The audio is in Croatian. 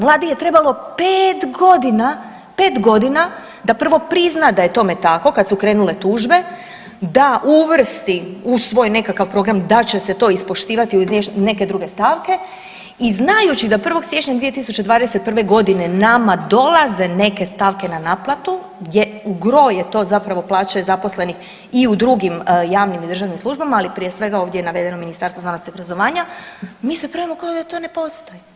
Vladi je trebalo pet godina, pet godina da prvo prizna da je tome tako kad su krenule tužbe da uvrsti u svoj nekakav program da će se to ispoštivati uz neke druge stavke i znajući da 1. siječnja 2021.g. nama dolaze neke stavke na naplatu gdje u gro je to zapravo plaće zaposlenih i u drugim javnim i državnim službama, ali prije svega je ovdje navedeno Ministarstvo znanosti i obrazovanja, mi se pravimo kao da to ne postoji.